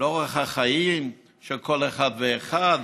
לאורח החיים של כל אחד ואחד.